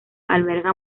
alberga